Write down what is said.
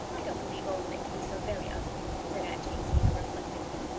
i don't believe old nick can be so very, ugly said aunt jamesina reflectively.